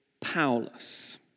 powerless